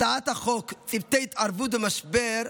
הצעת החוק צוותי התערבות במשבר,